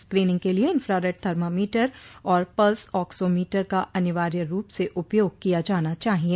screening के लिये infrared thermometer और पल्स ऑक्सोमीटर का अनिवार्य रूप से उपयोग किया जाना चाहिये